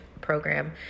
program